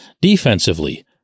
defensively